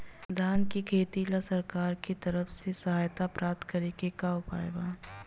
धान के खेती ला सरकार के तरफ से सहायता प्राप्त करें के का उपाय बा?